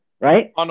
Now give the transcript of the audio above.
right